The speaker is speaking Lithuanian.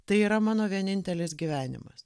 tai yra mano vienintelis gyvenimas